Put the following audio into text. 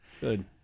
Good